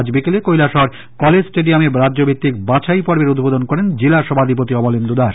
আজ বিকেলে কৈলাসহর কলেজ স্টেডিয়ামে রাজ্যভিত্তিক বাছাই পর্বের উদ্বোধন করেন জিলা সভাধিপতি অমলেন্দু দাশ